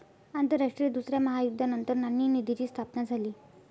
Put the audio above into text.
आंतरराष्ट्रीय दुसऱ्या महायुद्धानंतर नाणेनिधीची स्थापना झाली